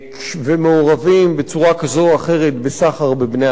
ומעורבים בצורה כזאת או אחרת בסחר בבני-אדם,